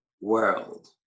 world